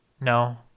No